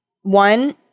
One